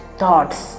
thoughts